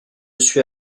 suis